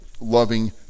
loving